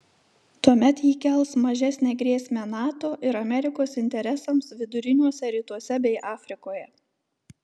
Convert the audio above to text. tuomet ji kels mažesnę grėsmę nato ir amerikos interesams viduriniuose rytuose bei afrikoje